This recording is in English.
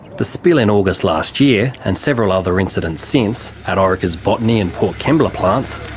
the spill in august last year, and several other incidents since, at orica's botany and port kembla plants,